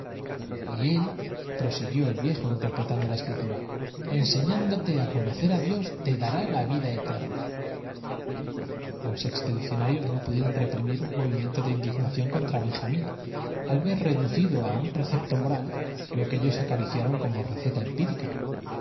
y élprosiguió el viejo interpretando la escritura temblando de emoción y rodeado de sus compañe enseñándote á conocer á dios te dará la vida eterna los expedicionarios no pudieron ros que después de tantos peligros esperaban sabo reprimir un movi rear las delicias del triunfo el paleógrafo sacó los miento de indignación contra benjamín al ver redu cido á un precepto moral lo cordeles encontrados en pompeya y enseñándoselos que ellos acariciaron como receta